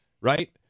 right